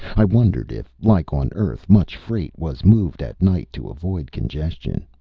i wondered if, like on earth, much freight was moved at night to avoid congestion.